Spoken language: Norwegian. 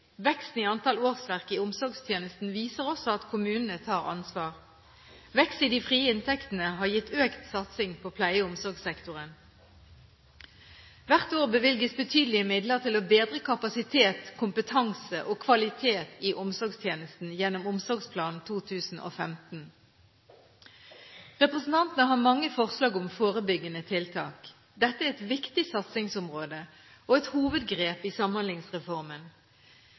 Veksten i antall årsverk i omsorgstjenesten viser også at kommunene tar ansvar. Vekst i de frie inntektene har gitt økt satsing på pleie- og omsorgssektoren. Hvert år bevilges betydelige midler til å bedre kapasitet, kompetanse og kvalitet i omsorgstjenesten, gjennom Omsorgsplan 2015. Representantene har mange forslag om forebyggende tiltak. Dette er et viktig satsingsområde og et hovedgrep i Samhandlingsreformen.